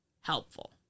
helpful